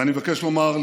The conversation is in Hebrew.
ואני מבקש לומר,